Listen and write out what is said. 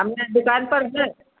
हमने दुकान पर से